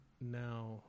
now